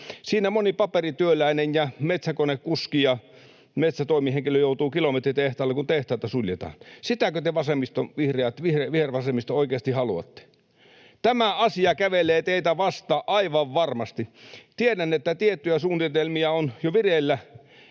Siinä moni paperityöläinen ja metsäkonekuski ja metsätoimihenkilö joutuu kilometritehtaalle, kun tehtaita suljetaan. Sitäkö te, vihervasemmisto, oikeasti haluatte? Tämä asia kävelee teitä vastaan aivan varmasti. Tiedän, että tiettyjä suunnitelmia on jo vireillä,